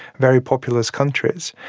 very populous countries.